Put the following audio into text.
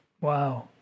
Wow